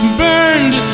burned